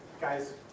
Guys